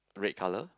red colour